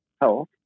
health